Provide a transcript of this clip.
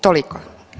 Toliko.